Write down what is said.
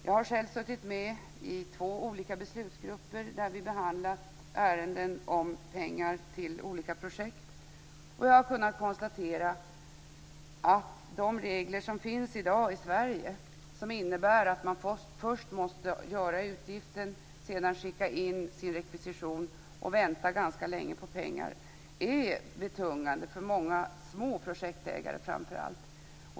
Jag har själv suttit med i två beslutsgrupper där vi behandlat ärenden om pengar till olika projekt, och jag har kunnat konstatera att de regler som finns i dag i Sverige är betungande för många framför allt små projektägare: Först måste man göra utgiften, därefter skicka in sin rekvisition och sedan vänta ganska länge på pengar.